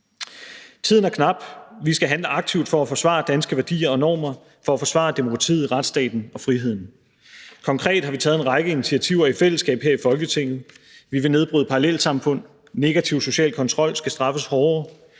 Tiden er knap. Vi skal handle aktivt for at forsvare danske værdier og normer, for at forsvare demokratiet, retsstaten og friheden. Konkret har vi taget en række initiativer i fællesskab her i Folketinget. Vi vil nedbryde parallelsamfund; negativ social kontrol skal straffes hårdere;